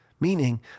meaning